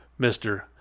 Mr